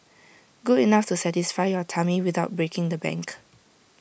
good enough to satisfy your tummy without breaking the bank